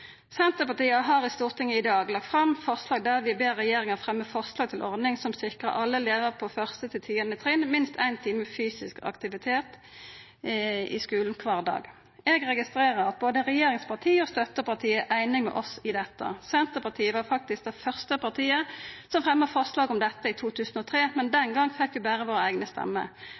Senterpartiet har i Stortinget i dag lagt fram forslag der vi ber regjeringa fremma forslag til ei ordning som sikrar alle elevar på 1.–10. trinn minst éin time fysisk aktivitet i skulen kvar dag. Eg registrerer at både regjeringsparti og støtteparti er einige med oss i dette. Senterpartiet var faktisk det første partiet som fremma forslag om dette i 2003, men den gongen fekk det berre våre eigne